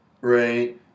right